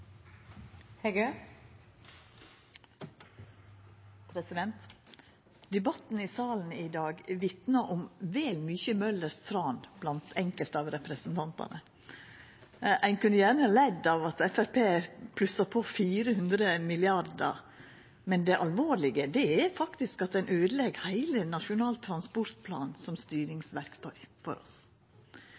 Debatten i salen i dag vitnar om vel mykje Møllers tran blant enkelte av representantane. Ein kunne gjerne ledd av at Framstegspartiet plussar på 400 mrd. kr, men det alvorlege er faktisk at ein øydelegg heile Nasjonal transportplan som styringsverktøy for oss.